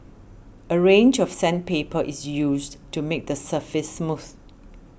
a range of sandpaper is used to make the surface smooth